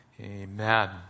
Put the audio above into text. Amen